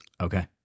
Okay